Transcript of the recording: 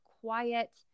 quiet